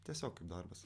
tiesiog kaip darbas